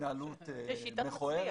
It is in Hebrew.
והתנהלות מכוערת.